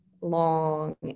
long